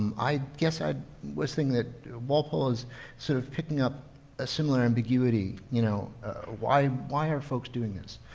um i guess i was thinking that walpole is sort of picking up a similar ambiguity. you know why why are folks doing this?